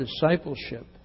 discipleship